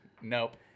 Nope